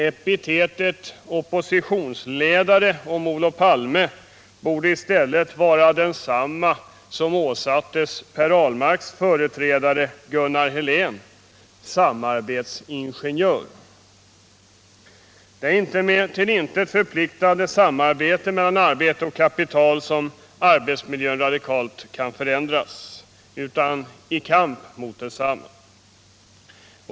Epitetet ”oppositionsledare” på Olof Palme borde i stället vara den beteckning som åsattes Per Ahlmarks företrädare Gunnar Helén, ”samarbetsingenjör”. Det är inte med till intet förpliktande samarbete mellan arbete och kapital som arbetsmiljön radikalt kan förändras utan i kamp mot kapitalet.